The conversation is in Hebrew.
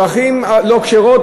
דרכים לא כשרות,